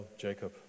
Jacob